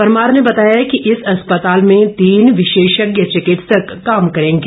परमार ने बताया कि इस अस्पताल में तीन विशेषज्ञ चिकित्सक काम करेंगे